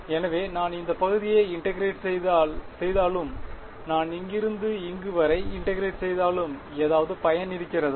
எனவே நான் எந்த பகுதியை இன்டெகிரேட் செய்தாலும் நான் இங்கிருந்து இங்கு வரை இன்டெகிரேட் செய்தாலும் ஏதாவது பயன் இருக்கிறதா